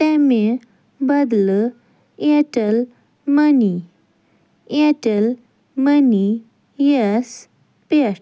تَمہِ بدلہٕ Airtel money Airtel مٔنِیس پٮ۪ٹھ